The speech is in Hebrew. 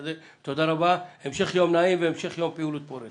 תודה רבה, המשך יום פעילות פורה.